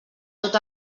tot